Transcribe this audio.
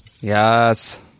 Yes